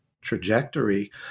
trajectory